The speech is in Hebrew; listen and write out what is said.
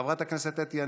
חברת הכנסת אתי עטייה,